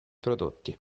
prodotti